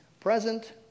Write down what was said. present